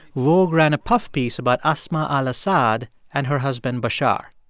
vogue ran a puff piece about asma al-assad and her husband bashar.